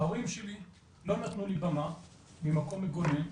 ההורים שלי לא נתנו לי במה ממקום מגונן,